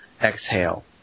exhale